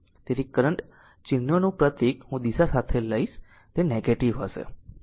તેથી કરંટ ચિહ્નોનું પ્રતીક હું દિશા લઈશ તે નેગેટીવ હશે